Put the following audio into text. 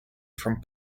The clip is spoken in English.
from